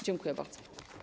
Dziękuję bardzo.